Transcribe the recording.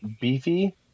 beefy